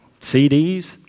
CDs